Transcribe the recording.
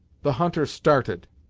the hunter started,